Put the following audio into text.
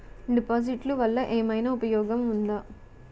డిపాజిట్లు వల్ల ఏమైనా ఉపయోగం ఉందా?